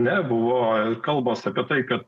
nebuvo kalbos apie tai kad